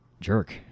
jerk